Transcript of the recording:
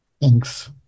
Thanks